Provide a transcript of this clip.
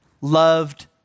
loved